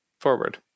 forward